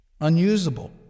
unusable